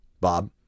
Bob